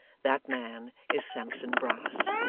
that man is sampson brass.